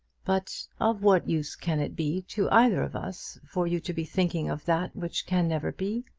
but of what use can it be to either of us for you to be thinking of that which can never be?